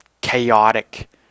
chaotic